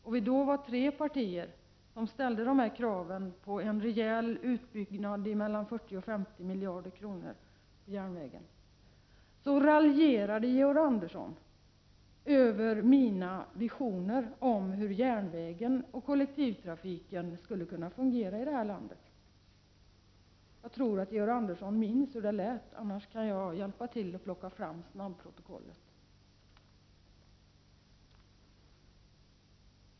Då var det tre partier som ställde sig bakom kravet på en rejäl utbyggnad av järnvägen. Det rörde sig om 40-50 miljarder. Det intressanta är att Georg Andersson raljerade beträffande mina visioner om hur järnvägen och kollektivtrafiken skulle fungera i vårt land. Jag tror att Georg Andersson minns hur det var — om inte kan jag hjälpa till med att ta fram det aktuella snabbprotokollet.